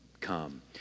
come